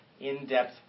in-depth